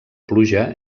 pluja